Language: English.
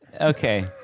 Okay